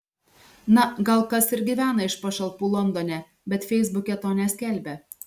na gal kas ir gyvena iš pašalpų londone bet feisbuke to neskelbia